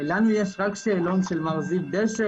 יש לנו רק שאלון של מר זיו דשא,